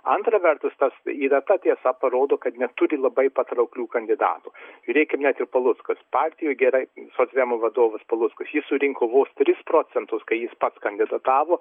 antra vertus tas yra ta tiesa parodo kad neturi labai patrauklių kandidatų žiūrėkim net ir paluckas partijoj gerai socdemų vadovas paluckas jis surinko vos tris procentus kai jis pats kandidatavo